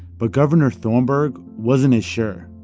but governor thornburgh wasn't as sure.